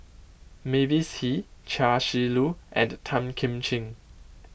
Mavis Hee Chia Shi Lu and Tan Kim Ching